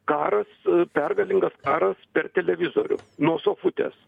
karas pergalingas karas per televizorių nuo sofutės